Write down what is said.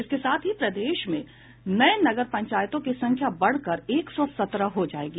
इसके साथ ही प्रदेश में नये नगर पंचायतों की संख्या बढ़कर एक सौ सत्रह हो जायेगी